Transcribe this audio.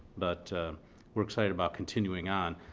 but we're excited about continuing on.